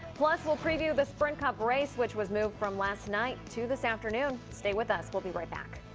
plus. we'll preview the sprint cup race. which was moved from last night to this afternoon. stay with us we'll be right back.